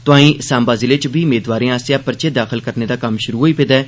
तोआई सांबा जिले च बी मेदवारें आसेआ पर्चे दाखल करने दा कम्म शुरु होई पेदा ऐ